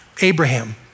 Abraham